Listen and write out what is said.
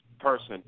person